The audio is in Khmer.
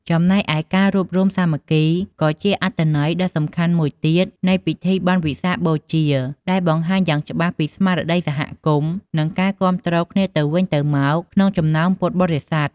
ចំណែកឯការរួបរួមសាមគ្គី ក៏ជាអត្ថន័យដ៏សំខាន់មួយទៀតនៃពិធីបុណ្យវិសាខបូជា ដែលបង្ហាញយ៉ាងច្បាស់ពីស្មារតីសហគមន៍ និងការគាំទ្រគ្នាទៅវិញទៅមកក្នុងចំណោមពុទ្ធបរិស័ទ។